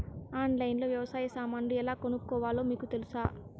ఆన్లైన్లో లో వ్యవసాయ సామాన్లు ఎలా కొనుక్కోవాలో మీకు తెలుసా?